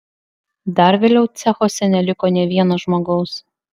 dar vėliau cechuose neliko nė vieno žmogaus